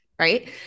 right